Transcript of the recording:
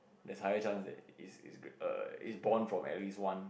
there's higher chance that it's it's err it's born from at least one